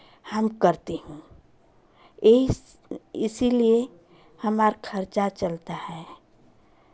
हम करती हूँ इस इसीलिए हमारा खर्चा चलता है